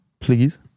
please